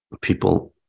people